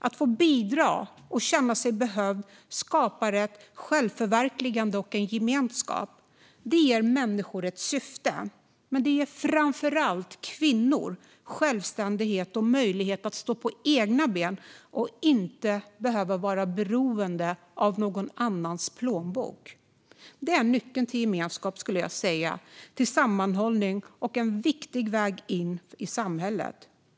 Att få bidra och känna sig behövd skapar ett självförverkligande och en gemenskap. Det ger människor ett syfte. Men det ger framför allt kvinnor självständighet och möjlighet att stå på egna ben och inte behöva vara beroende av någon annans plånbok. Det är nyckeln till gemenskap, skulle jag säga, sammanhållning och en viktig väg in i samhället.